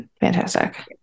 Fantastic